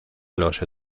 los